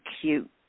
cute